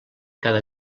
cada